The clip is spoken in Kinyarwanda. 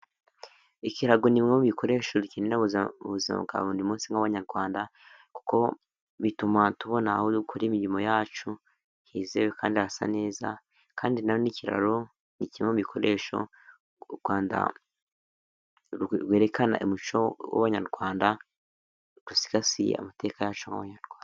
Ikirago ni bimwe mu bikoresho dukenera bu ubuzima bwa buri munsi nk'abanyarwanda, kuko bituma tubona aho dukorera imirimo yacu, hizewe kandi hasa neza, kandi nanone ikiraro, ni kimwe mu bikoresho u Rwanda rwerekana mu muco w'abanyarwanda, rusigasiye amateka yacu nk'Abanyarwanda.